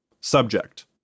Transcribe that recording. Subject